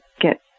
get